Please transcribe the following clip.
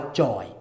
joy